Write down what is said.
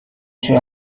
توی